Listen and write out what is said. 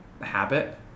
habit